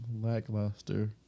lackluster